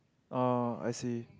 orh I see